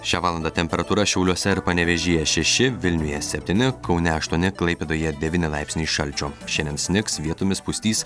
šią valandą temperatūra šiauliuose ir panevėžyje šeši vilniuje septyni kaune aštuoni klaipėdoje devyni laipsniai šalčio šiandien snigs vietomis pustys